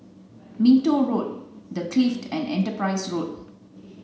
Minto Road The Clift and Enterprise Road